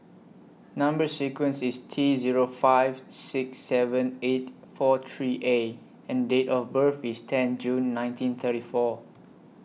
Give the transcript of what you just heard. Number sequence IS T Zero five six seven eight four three A and Date of birth IS ten June nineteen thirty four